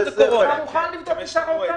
אתה מוכן לבדוק עם שר האוצר?